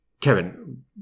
Kevin